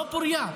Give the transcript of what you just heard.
לא פורייה,